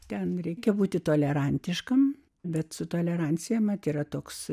ten reikia būti tolerantiškam bet su tolerancija mat yra toks